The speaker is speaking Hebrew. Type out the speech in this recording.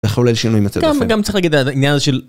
איך הולך לשינוי מצב אופיין? גם, גם צריך להגיד על העניין הזה של...